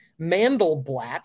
Mandelblatt